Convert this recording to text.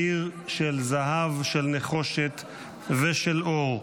העיר של זהב, של נחושת ושל אור.